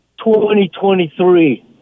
2023